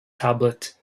tablet